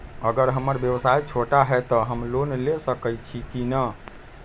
अगर हमर व्यवसाय छोटा है त हम लोन ले सकईछी की न?